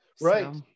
right